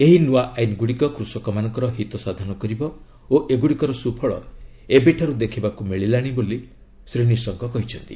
ଏହି ନ୍ତଆ ଆଇନଗୁଡ଼ିକ କୃଷକମାନଙ୍କର ହିତ ସାଧନ କରିବ ଓ ଏଗୁଡ଼ିକର ସୁଫଳ ଏବେଠାରୁ ଦେଖିବାକୁ ମିଳିଲାଣି ବୋଲି ଶ୍ରୀ ନିଶଙ୍କ କହିଛନ୍ତି